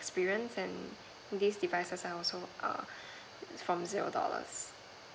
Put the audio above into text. experience and this devices are also err from zero dollars